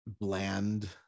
bland